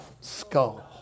skull